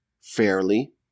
fairly